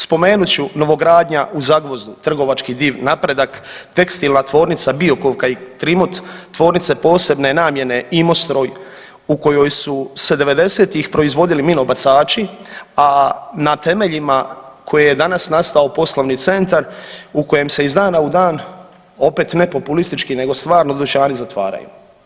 Spomenut ću Novogradnja u Zagvozdu, trgovački div Napredak, tekstilna tvornica Biokovka i Trimot, tvornice posebne namjene Imostroj u kojoj su se devedesetih proizvodili minobacači, a na temeljima koje je danas nastao poslovni centar, u kojem se iz dana u dana opet ne populistički nego stvarno dućani zatvaraju.